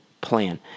plan